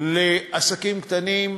לעסקים קטנים,